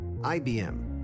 IBM